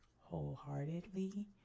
wholeheartedly